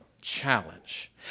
challenge